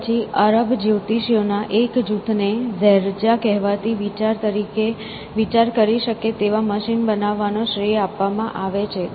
તે પછી આરબ જ્યોતિષીઓના એક જૂથને ઝૈરજા કહેવાતી વિચાર કરી શકે તેવા મશીન બનાવવાનો શ્રેય આપવામાં આવે છે